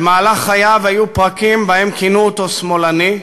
במהלך חייו היו פרקים שבהם כינו אותו "שמאלני"